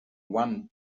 one